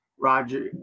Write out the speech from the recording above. roger